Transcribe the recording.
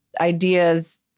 ideas